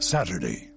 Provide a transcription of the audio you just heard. Saturday